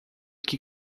que